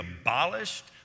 abolished